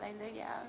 Hallelujah